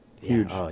Huge